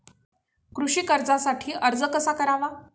कृषी कर्जासाठी अर्ज कसा करावा?